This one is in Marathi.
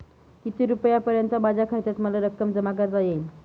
किती रुपयांपर्यंत माझ्या खात्यात मला रक्कम जमा करता येईल?